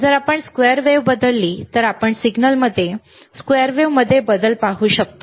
जर आपण square wave बदलली तर आपण सिग्नलमध्ये स्क्वेअर वेव्हमध्ये बदल पाहू शकतो